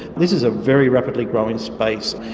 this is a very rapidly growing space.